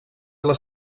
les